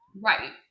Right